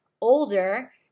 older